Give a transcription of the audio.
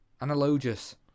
Analogous